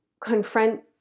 confront